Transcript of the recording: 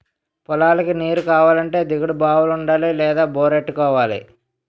పొలాలకు నీరుకావాలంటే దిగుడు బావులుండాలి లేదా బోరెట్టుకోవాలి